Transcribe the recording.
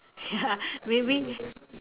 ya maybe